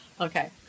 Okay